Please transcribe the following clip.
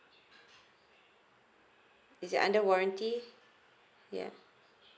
is it under warranty yeah